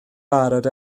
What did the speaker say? barod